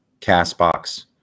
CastBox